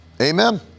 Amen